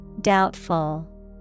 Doubtful